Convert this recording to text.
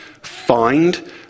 Find